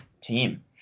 team